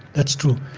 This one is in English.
that's true.